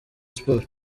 sports